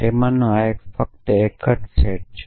તેથી આ ફક્ત એક સેટ છે